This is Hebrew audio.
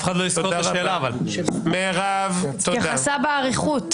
היא הסבירה באריכות.